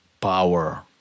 power